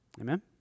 Amen